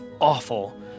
awful